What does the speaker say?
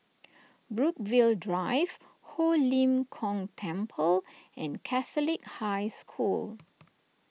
Brookvale Drive Ho Lim Kong Temple and Catholic High School